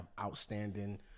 outstanding